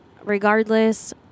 regardless